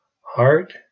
heart